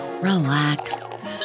relax